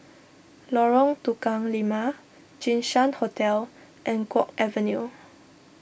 Lorong Tukang Lima Jinshan Hotel and Guok Avenue